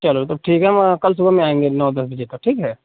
चलो तब ठीक है हम कल सुबह में आएँगे नौ दस बजे तक ठीक है